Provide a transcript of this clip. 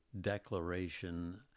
Declaration